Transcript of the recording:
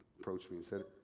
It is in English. approached me and said,